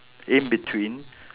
in between